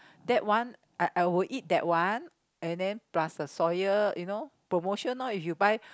that one I I would eat that one and then plus a soya you know promotion loh if you buy